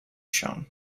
shown